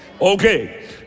Okay